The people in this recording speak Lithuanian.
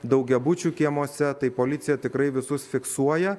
daugiabučių kiemuose tai policija tikrai visus fiksuoja